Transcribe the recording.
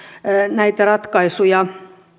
näitä ratkaisuja